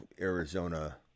Arizona